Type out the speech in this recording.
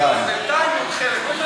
אבל בינתיים הוא עוד חלק מזה.